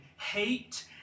hate